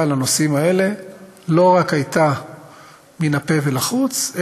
לנושאים האלה לא רק הייתה מן הפה ולחוץ,